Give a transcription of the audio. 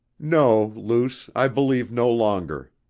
no, luce, i believe no longer.